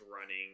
running